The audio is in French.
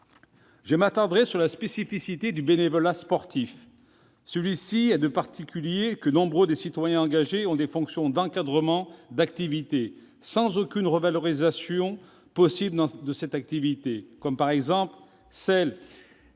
Je m'attarderai sur la spécificité du bénévolat sportif. Celui-ci a de particulier que nombre des citoyens engagés ont des fonctions d'encadrement d'activités, sans aucune revalorisation possible de cette activité, comme peut l'être celle